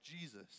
Jesus